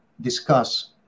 discuss